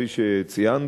כפי שציינת,